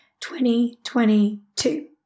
2022